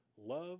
Love